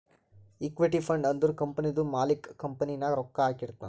equity fund ಅಂದುರ್ ಕಂಪನಿದು ಮಾಲಿಕ್ಕ್ ಕಂಪನಿ ನಾಗ್ ರೊಕ್ಕಾ ಹಾಕಿರ್ತಾನ್